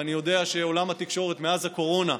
ואני יודע שעולם התקשורת מאז הקורונה,